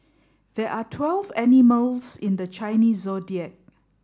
there are twelve animals in the Chinese Zodiac